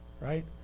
right